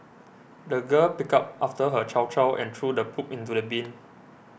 the girl picked up after her chow chow and threw the poop into the bin